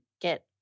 get